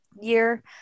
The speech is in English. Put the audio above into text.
year